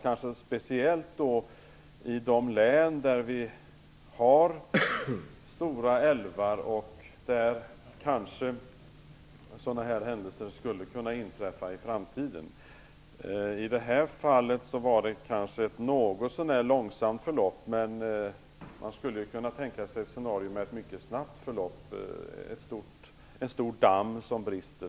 Kanske det är aktuellt i första hand i ett län där det finns stora älvar, där sådana händelser skulle kunna inträffa i framtiden. I det här fallet gällde det ett något så när långsamt förlopp, men man skulle kunna tänka sig ett scenario med ett mycket snabbt förlopp, t.ex. om en stor damm brister.